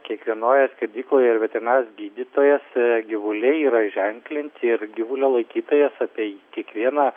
kiekvienoje skerdykloje yra veterinarijos gydytojas ir gyvuliai yra ženklinti ir gyvulių laikytojas apie kiekvienoą